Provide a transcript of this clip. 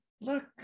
look